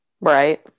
Right